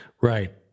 Right